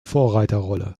vorreiterrolle